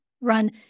run